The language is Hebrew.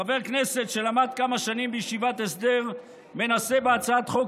חבר כנסת שלמד כמה שנים בישיבת הסדר מנסה בהצעת חוק